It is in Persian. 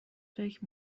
فکر